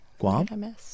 Guam